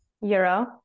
Euro